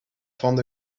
found